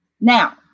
Now